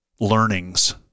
learnings